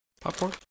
popcorn